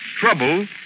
trouble